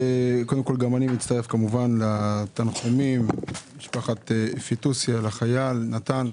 גם אני מצטרף לתנחומים למשפחת פיטוסי על מות החייל נתן.